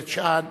בית-ג'ן,